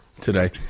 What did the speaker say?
today